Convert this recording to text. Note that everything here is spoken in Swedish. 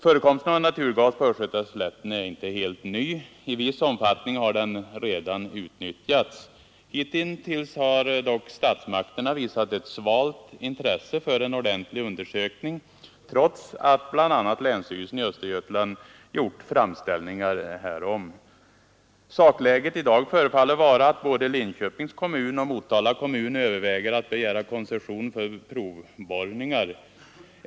Förekomsten av naturgas på Östgötaslätten är inte helt ny. I viss omfattning har gasen där redan utnyttjats. Hitintills har dock statsmakterna visat ett svalt intresse för en ordentlig undersökning, trots att bl.a. länsstyrelsen i Östergötlands län gjort framställningar härom. Sakläget i dag förefaller att vara att både Linköpings kommun och Motala kommun överväger att begära koncession för provborrningar.